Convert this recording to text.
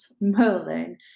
Merlin